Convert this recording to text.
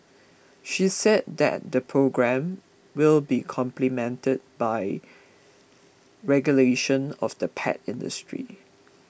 she said that the programme will be complemented by regulation of the pet industry